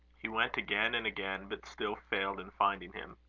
he went again and again, but still failed in finding him.